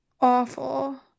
awful